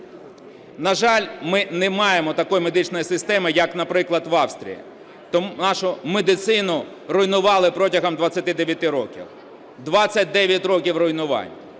На жаль, ми не маємо такої медичної системи, як, наприклад, в Австрії. Нашу медицину руйнували протягом 29 років. 29 років руйнувань.